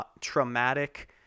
traumatic